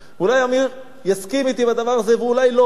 אולי עמיר יסכים אתי בנקודה הזאת ואולי לא.